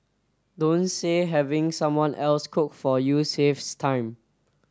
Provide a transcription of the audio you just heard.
don't say having someone else cook for you saves time